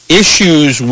issues